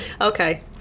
Okay